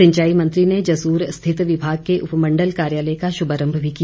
सिंचाई मंत्री ने जसूर स्थित विभाग के उपमंडल कार्यालय का शुभारंभ भी किया